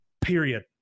period